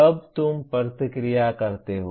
तब तुम प्रतिक्रिया करते हो